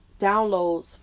downloads